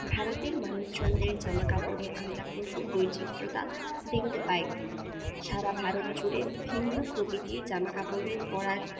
ভারতের মানুষজনদের জামাকাপড়ে আমরা প্রচুর বৈচিত্র্যতা দেখতে পাই সারা ভারতজুড়ে ভিন্ন প্রকৃতির জামাকাপড়ের পরার